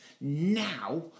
Now